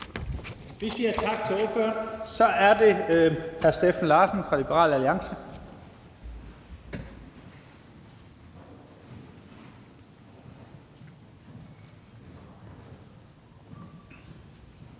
Vi siger tak til ordføreren. Så er det hr. Steffen Larsen fra Liberal Alliance.